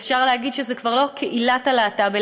ואפשר להגיד שזו כבר לא קהילת הלהט"ב,